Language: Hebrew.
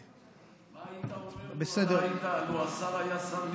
מה היית אומר, לו השר היה השר ליצמן?